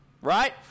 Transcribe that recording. Right